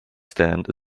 stand